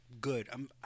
good